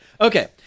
okay